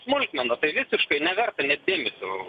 smulkmena tai visiškai neverta net dėmesio